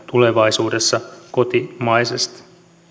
tulevaisuudessa kotimaisesti